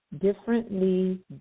differently